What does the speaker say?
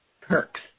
perks